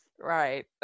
Right